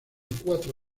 cuatro